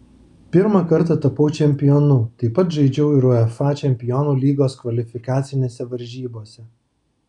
pirmą kartą tapau čempionu taip pat žaidžiau ir uefa čempionų lygos kvalifikacinėse varžybose